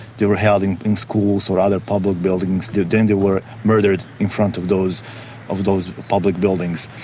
they were held in in schools or other public buildings, then they and were murdered in front of those of those public buildings.